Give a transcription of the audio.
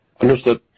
Understood